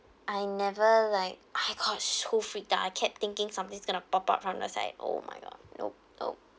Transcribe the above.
I never like I got so freaked out I kept thinking something's going to pop up from the side oh my god no no